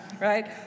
right